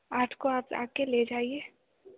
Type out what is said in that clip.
आठ को आप आकर ले जाइए